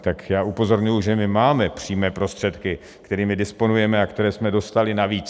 Tak já upozorňuji, že my máme přímé prostředky, kterými disponujeme a které jsme dostali navíc.